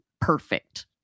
perfect